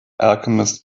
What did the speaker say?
alchemists